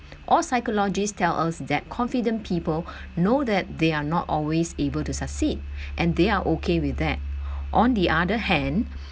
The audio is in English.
all psychologists tell us that confident people know that they are not always able to succeed and they are okay with that on the other hand